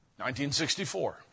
1964